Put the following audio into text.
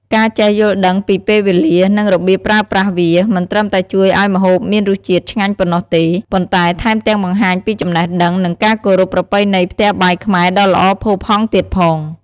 ការចេះយល់ដឹងពីពេលវេលា និងរបៀបប្រើប្រាស់វា មិនត្រឹមតែជួយឲ្យម្ហូបមានរសជាតិឆ្ងាញ់ប៉ុណ្ណោះទេ ប៉ុន្តែថែមទាំងបង្ហាញពីចំណេះដឹង និងការគោរពប្រពៃណីផ្ទះបាយខ្មែរដ៏ល្អផូរផង់ទៀតផង។